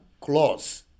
clause